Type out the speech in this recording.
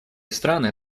страны